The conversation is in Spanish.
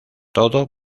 todo